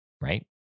right